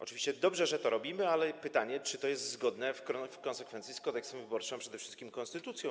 Oczywiście dobrze, że to robimy, ale pytanie, czy to jest zgodne w konsekwencji z Kodeksem wyborczym, a przede wszystkim konstytucją.